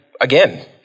again